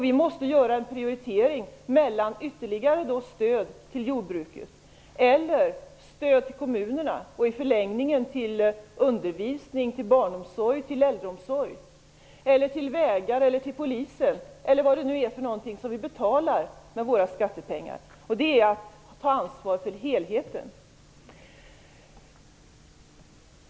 Vi måste göra en prioritering mellan ytterligare stöd till jordbruket och stöd till kommunerna, dvs. i förlängningen till undervisning, till barnomsorg, till äldreomsorg, till vägar eller till poliser, sådant som vi betalar med våra skattepengar. Det är att ta ansvar för helheten.